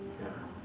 ya